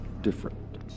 different